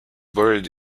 buried